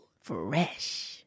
Fresh